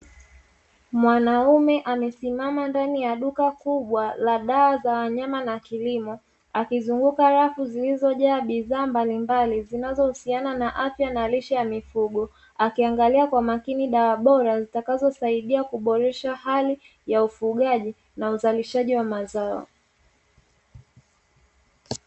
Mwanaume amesimama ndani ya duka kubwa la dawa za wanyama na kilimo akizunguka rafu zilizojaa bidhaa mbalimbali zinazohusiana na afya na lishe ya mifugo akiangalia kwa makini dawa bora zitakazosaidia kuboresha hali ya ufugaji na uzalishaji wa mazao.